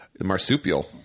marsupial